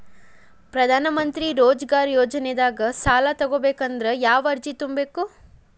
ಪ್ರಧಾನಮಂತ್ರಿ ರೋಜಗಾರ್ ಯೋಜನೆದಾಗ ಸಾಲ ತೊಗೋಬೇಕಂದ್ರ ಯಾವ ಅರ್ಜಿ ತುಂಬೇಕು?